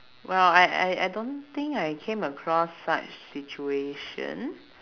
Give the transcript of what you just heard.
well I I I don't think I came across such situation